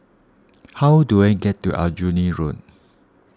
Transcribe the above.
how do I get to Aljunied Road